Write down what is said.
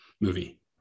movie